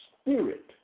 spirit